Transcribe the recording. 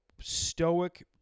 stoic